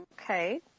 Okay